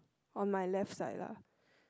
on my left side lah